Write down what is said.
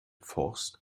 forst